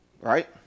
right